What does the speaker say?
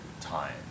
time